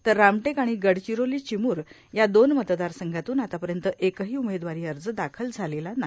तर रामटेक आणि गडचिरोली चिमूर या दोन मतदार संघातून आतापर्यंत एकही उमेदवारी अर्ज दाखल झालेला नाही